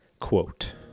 Quote